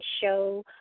show